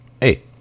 Hey